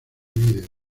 video